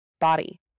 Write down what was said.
body